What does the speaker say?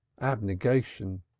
abnegation